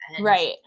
Right